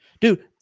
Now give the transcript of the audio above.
Dude